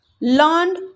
learned